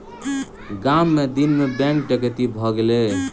गाम मे दिन मे बैंक डकैती भ गेलै